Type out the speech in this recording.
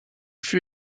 fut